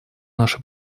наши